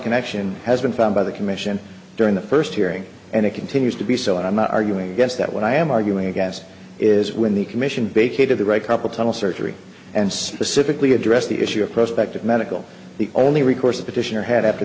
connection has been found by the commission during the first hearing and it continues to be so and i'm not arguing against that when i am arguing against is when the commission bakey to the right couple tunnel surgery and specifically addressed the issue of prospective medical the only recourse the petitioner had after